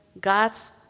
God's